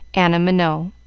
anna minot